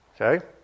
Okay